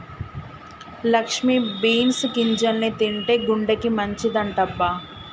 Lakshmi beans గింజల్ని తింటే గుండెకి మంచిదంటబ్బ